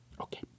Okay